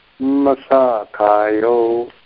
masakayo